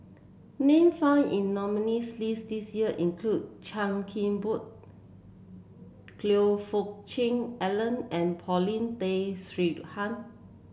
name found in nominees' list this year include Chan Kim Boon Fook Cheong Alan and Paulin Tay Straughan